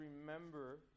remember